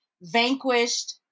vanquished